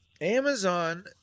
Amazon